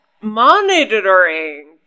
monitoring